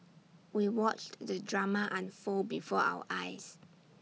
we watched the drama unfold before our eyes